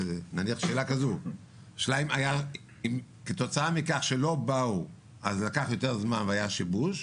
שאלה אם כתוצאה מכך שלא באו אז לקח יותר זמן והיה שיבוש,